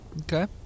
Okay